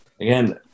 Again